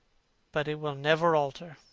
but it will never alter,